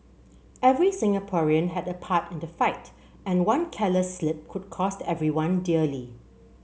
every Singaporean had a part in the fight and one careless slip could cost everyone dearly